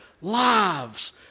lives